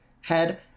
head